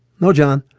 no, john.